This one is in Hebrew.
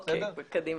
אוקיי, קדימה.